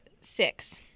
six